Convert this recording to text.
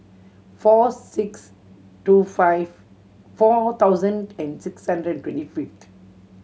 four six two five four thousand and six hundred twenty fifth